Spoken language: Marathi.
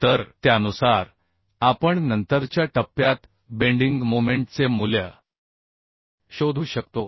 तर त्यानुसार आपण नंतरच्या टप्प्यात बेंडिंग मोमेंटचे मूल्य शोधू शकतो